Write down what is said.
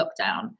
lockdown